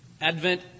Advent